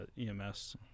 EMS